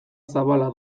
zabala